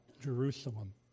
Jerusalem